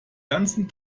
ganzen